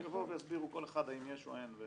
שיביאו ויסבירו כל אחד האם יש או אין.